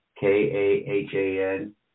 K-A-H-A-N